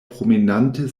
promenante